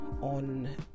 on